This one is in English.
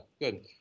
good